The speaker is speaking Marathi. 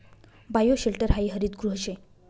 बायोशेल्टर हायी हरितगृह शे